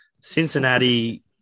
Cincinnati